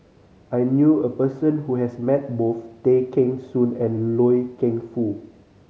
I knew a person who has met both Tay Kheng Soon and Loy Keng Foo